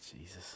Jesus